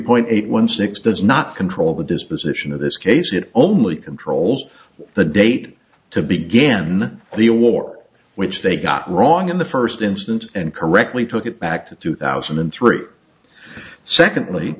point eight one six does not control the disposition of this case it only controls the date to begin the a war which they got wrong in the first instant and correctly took it back to two thousand and three secondly